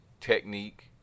technique